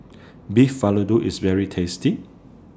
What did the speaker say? Beef Vindaloo IS very tasty